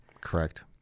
Correct